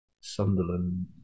Sunderland